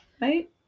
Right